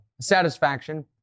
satisfaction